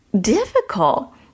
difficult